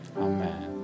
Amen